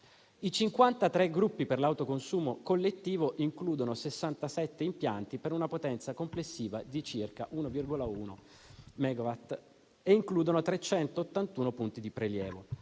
I 53 gruppi per l'autoconsumo collettivo includono 67 impianti per una potenza complessiva di circa 1,1 megawatt, nonché 381 punti di prelievo.